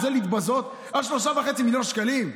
על זה להתבזות, על 3.5 מיליון שקלים?